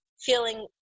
feeling